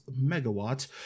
Megawatt